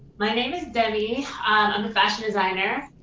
my name is debbie, i'm a fashion designer,